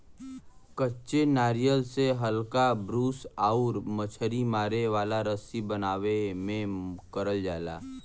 कच्चे नारियल से हल्का ब्रूस आउर मछरी मारे वाला रस्सी बनावे में करल जाला